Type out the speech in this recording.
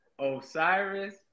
Osiris